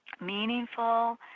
meaningful